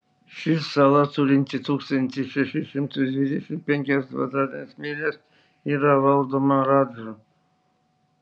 ši sala turinti tūkstantį šešis šimtus dvidešimt penkias kvadratines mylias yra valdoma radžų